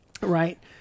Right